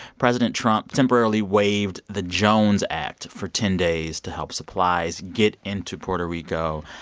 president trump temporarily waived the jones act for ten days to help supplies get into puerto rico.